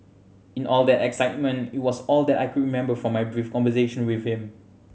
in all that excitement it was all that I could remember from my brief conversation with him